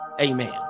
Amen